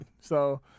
so-